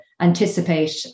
anticipate